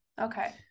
okay